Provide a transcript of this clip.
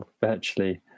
virtually